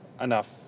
enough